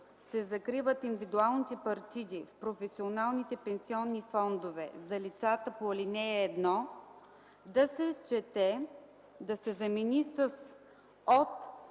се закриват индивидуалните партиди в професионалните пенсионни фондове за лицата по ал. 1” да се замени с: „от